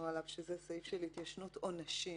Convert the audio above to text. עליו שזה סעיף של התיישנות עונשים.